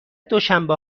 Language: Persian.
دوشنبه